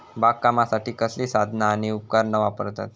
बागकामासाठी कसली साधना आणि उपकरणा वापरतत?